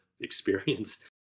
experience